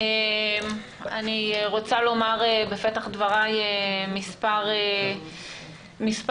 אני רוצה לומר בפתח דבריי מספר דברים.